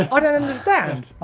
i don't understand!